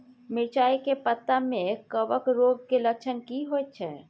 मिर्चाय के पत्ता में कवक रोग के लक्षण की होयत छै?